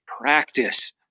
practice